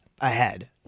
ahead